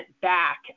back